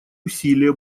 усилия